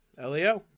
LEO